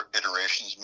iterations